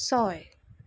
ছয়